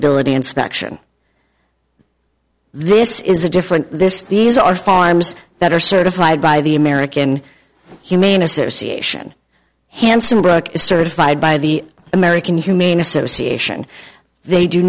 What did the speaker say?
ability inspection this is a different this these are farms that are certified by the american humane association handsome book certified by the american humane association they do